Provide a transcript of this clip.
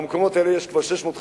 במקומות האלה יש כבר 650,000,